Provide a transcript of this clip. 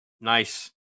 nice